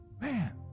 man